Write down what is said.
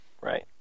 Right